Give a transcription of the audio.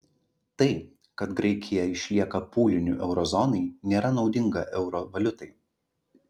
tai kad graikija išlieka pūliniu euro zonai nėra naudinga euro valiutai